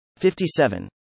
57